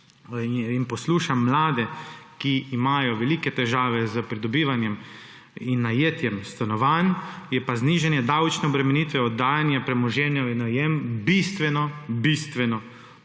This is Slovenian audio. in poslušam mlade, ki imajo velike težave z pridobivanjem in najetjem stanovanj, je pa znižanje davčne obremenitve oddajanja premoženja v najem bistveno, bistveno